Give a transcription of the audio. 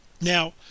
Now